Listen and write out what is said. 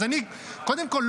אז קודם כול,